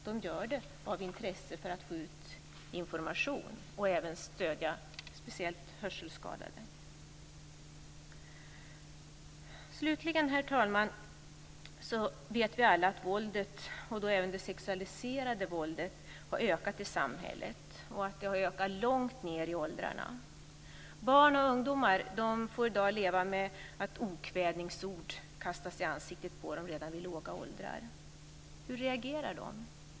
De gör det av intresse för att få ut information och även för att stödja speciellt hörselskadade. Slutligen, herr talman, vet vi alla att våldet, och då även det sexualiserade våldet, har ökat i samhället och att det har ökat långt ned i åldrarna. Barn och ungdomar får i dag leva med att okvädinsord kastas i ansiktet på dem redan vid låga åldrar. Hur reagerar de?